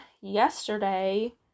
yesterday